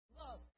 love